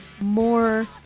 more